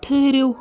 ٹھٔہرِو